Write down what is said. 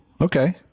okay